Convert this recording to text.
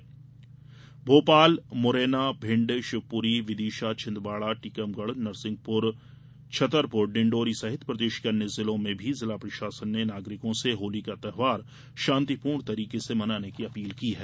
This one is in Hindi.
जलाकर भोपाल मुरैना भिण्ड शिवपुरी विदिशा छिंदवाड़ा टीकमगढ़ डिंडौरी नरसिंहपुर छतरपुर सहित प्रदेश के अन्य जिलों में जिला प्रशासन ने नागरिकों से होली का त्यौहार शांतिपूर्ण तरीके से मनाने की अपील की है